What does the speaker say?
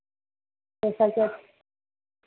कैसा क्या